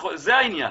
זה העניין.